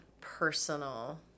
personal